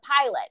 pilot